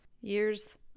Years